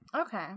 Okay